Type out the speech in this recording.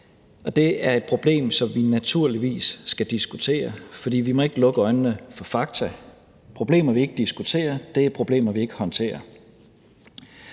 Det er et problem, som vi naturligvis skal diskutere, for vi må ikke lukke øjnene for fakta. Problemer, vi ikke diskuterer, er problemer, vi ikke håndterer.